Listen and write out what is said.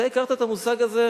אתה הכרת את המושג הזה,